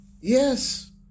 Yes